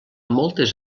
moltes